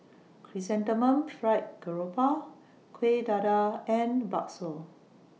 Chrysanthemum Fried Garoupa Kueh Dadar and Bakso